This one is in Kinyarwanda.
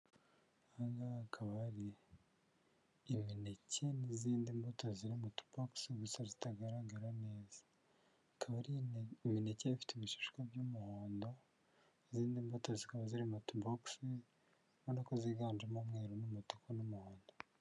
Hanze hakaba hari imineke n'izindi mbuto zirimo tubogisi gusa zitagaragara neza. Akaba ari imineke ifite ibishishwa by'umuhondo, izindi mbuto zikaba ziri mu tubogisi ubona ko ziganjemo umweru, umutuku n'umuhondo.